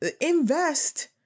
invest